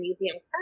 museum